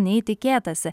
nei tikėtasi